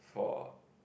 for